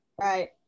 Right